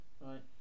right